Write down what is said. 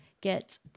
get